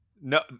no